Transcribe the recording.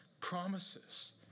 promises